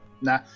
Nah